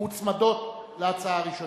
שמוצמדות להצעה הראשונה.